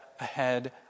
ahead